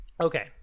Okay